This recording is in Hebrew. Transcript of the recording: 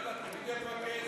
איפה הכסף?